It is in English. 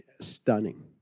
stunning